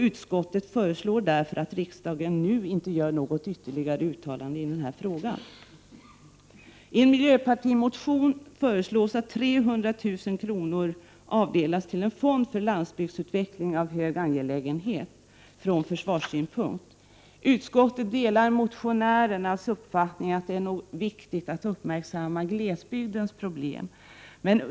Utskottet föreslår därför att riksdagen nu inte gör något ytterligare uttalande i frågan. I en miljöpartimotion föreslås att 300 000 kr. avdelas till en fond för landsbygdsutveckling av hög angelägenhet från försvarssynpunkt. Utskottet delar motionärernas uppfattning att det är viktigt att uppmärksamma glesbygdens problem.